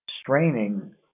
straining